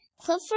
Clifford